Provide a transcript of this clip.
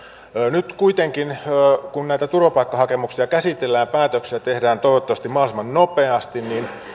nyt kuitenkin kun näitä turvapaikkahakemuksia käsitellään ja päätöksiä tehdään toivottavasti mahdollisimman nopeasti